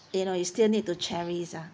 you know you still need to cherish ah